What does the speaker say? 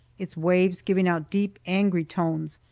its waves giving out deep, angry tones,